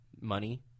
money